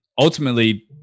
ultimately